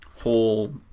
whole